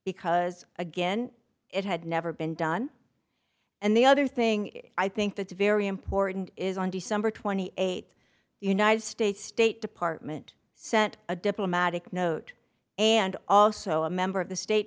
because again it had never been done and the other thing i think that's very important is on december th the united states state department sent a diplomatic note and also a member of the state